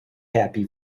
happy